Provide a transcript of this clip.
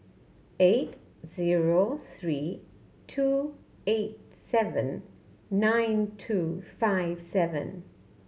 eight zero three two eight seven nine two five seven